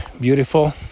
beautiful